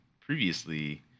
previously